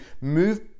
move